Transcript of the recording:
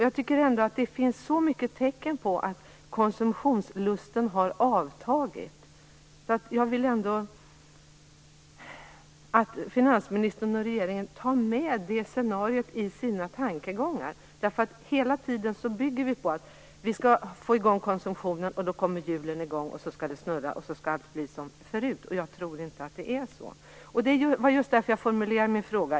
Jag tycker att det finns så många tecken på att konsumtionslusten har avtagit. Jag vill att finansministern och regeringen tar med det scenariot i sina tankegångar. Vi bygger hela tiden på att vi skall få i gång konsumtionen för då kommer hjulen i gång och allt skall bli som förut. Jag tror inte att det är så. Det var just därför jag formulerade min fråga.